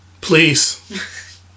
Please